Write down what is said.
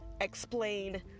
explain